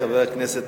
חברי הכנסת,